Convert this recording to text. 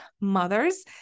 mothers